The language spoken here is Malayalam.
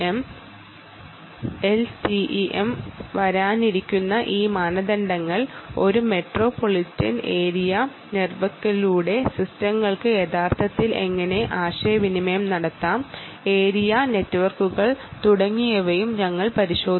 വരാനിരിക്കുന്ന മാനദണ്ഡങ്ങളായ N BIoT LTEM cat LTEM ഉപയോഗിച്ച് ഒരു മെട്രോപൊളിറ്റൻ ഏരിയ നെറ്റ്വർക്കുകളിലൂടെ യഥാർത്ഥത്തിൽ എങ്ങനെ ആശയവിനിമയം നടത്താം ഏരിയ നെറ്റ്വർക്കുകൾ തുടങ്ങിയവയെ കുറിച്ചും ഞങ്ങൾ പരിശോധിച്ചു